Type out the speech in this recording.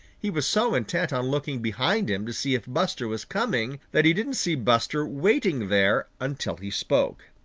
he was so intent on looking behind him to see if buster was coming that he didn't see buster waiting there until he spoke.